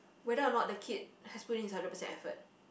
whether or not the kid has put in his hundred percent effort